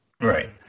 Right